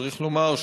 צריך לומר,